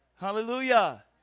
Hallelujah